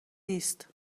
نیست